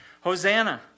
Hosanna